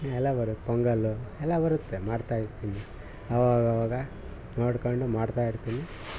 ಇನ್ನೆಲ್ಲ ಬರುತ್ತೆ ಪೊಂಗಲು ಎಲ್ಲ ಬರುತ್ತೆ ಮಾಡ್ತಾಯಿರ್ತೀನಿ ಆವಾಗ ಆವಾಗ ನೋಡ್ಕೊಂಡು ಮಾಡ್ತಾಯಿರ್ತೀನಿ